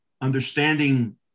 understanding